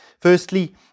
Firstly